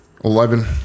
Eleven